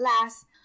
last